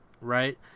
Right